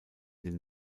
den